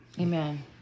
Amen